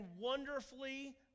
wonderfully